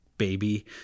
baby